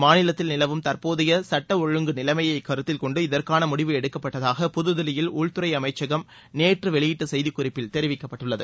மாநிலத்தில் நிலவும் தற்போதைய சட்டம் ஒழுங்கு நிலைமையை கருத்தில் கொண்டு இதற்கான முடிவு எடுக்கப்பட்டதாக புதுதில்லியில் உள்துறை அமைச்சகம் நேற்று வெளியிட்ட செய்திக்குறிப்பில் தெரிவிக்கப்பட்டுள்ளது